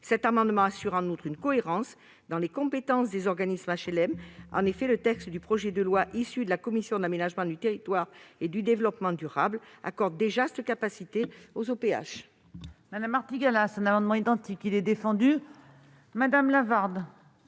Cet amendement vise en outre à garantir une cohérence dans les compétences des organismes d'HLM. En effet, le texte du projet de loi issu des travaux de la commission de l'aménagement du territoire et du développement durable accorde déjà cette capacité aux OPH.